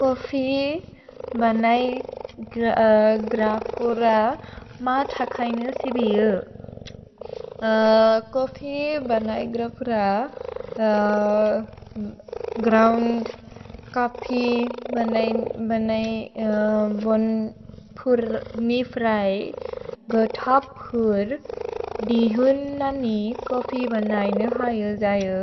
Coffee बनै ग्रपुर मा थकैनु सिबिउ। कोफि बनै ग्रपुर, ग्रोउन्द् कोफि बनै बोन् पुर् निफ्रै, गोथोप् पुर् दिहुन् ननि कोफि बनैनु हैउ जैउ।